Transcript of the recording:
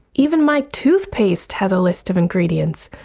even my toothpaste has a list of ingredients,